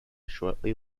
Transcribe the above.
shortly